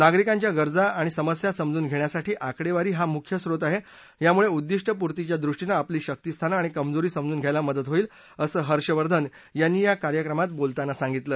नागरिकांच्या गरजा आणि समस्या समजून घेण्यासाठी आकडेवारी हा मुख्य स्रोत आहे यामुळे उद्विष्टपूर्तीच्या दृष्टीनं आपली शक्तिस्थानं आणि कमजोरी समजून घ्यायला मदत होईल असं हर्षवर्धन यांनी या कार्यक्रमात बोलताना सांगितलं